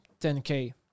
10K